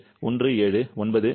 021796